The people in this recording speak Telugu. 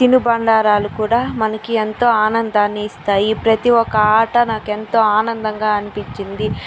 తినుబండారాలు కూడా మనకి ఎంతో ఆనందాన్నిఇస్తాయి ప్రతి ఒక్క ఆట నాకు ఎంతో ఆనందంగా అనిపించింది